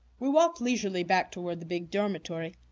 we walked leisurely back toward the big dormitory.